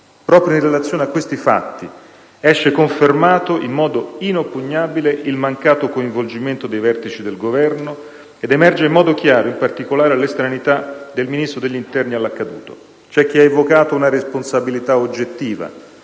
Proprio in relazione a questi fatti esce confermato in modo inoppugnabile il mancato coinvolgimento dei vertici del Governo ed emerge in modo chiaro, in particolare, l'estraneità del Ministro dell'interno all'accaduto. C'è chi ha evocato una responsabilità oggettiva: